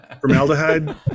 Formaldehyde